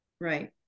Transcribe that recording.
right